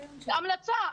המלצה,